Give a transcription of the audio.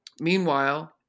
meanwhile